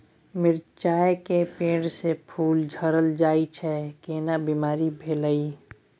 मिर्चाय के पेड़ स फूल झरल जाय छै केना बीमारी भेलई?